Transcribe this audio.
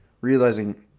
realizing